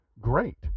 great